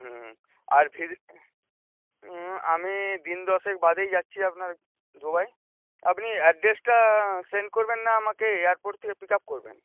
হুম আর আমি দিন দশেক বাদেই যাচ্ছি আপনার দুবাই আপনি অ্যাড্রেসটা সেন্ড করবেন না আমাকে এয়ারপোর্ট থেকে পিক আপ করবেন